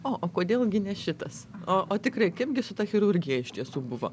o kodėl gi ne šitas o tikrai kaipgi su ta chirurgija iš tiesų buvo